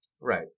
Right